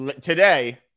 today